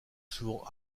souvent